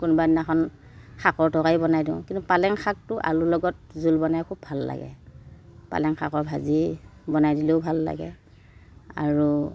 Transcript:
কোনোবাদিনাখন শাকৰ তৰকাৰী বনাই দিওঁ কিন্তু পালেং শাকটো আলু লগত জোল বনাই খুব ভাল লাগে পালেং শাকৰ ভাজি বনাই দিলেও ভাল লাগে আৰু